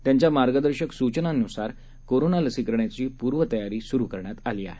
त्यांच्या मार्गदर्शक सूचनानुसार कोरोना लसीकरणाची पूर्वतयारी सुरू करण्यात आली आहे